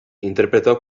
interpretò